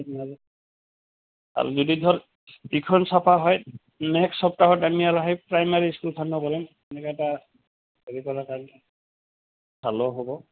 আৰু যদি ধৰ ইখন চাফা হয় নেক্সট সপ্তাহত আমি আৰু সেই প্ৰাইমাৰী ইস্কুলখনো কৰিম তেনেকৈ এটা হেৰি কৰাৰ কাৰণে ভালো হ'ব